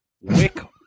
Wick